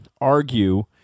argue